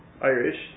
Irish